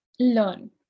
learn